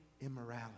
immorality